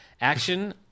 action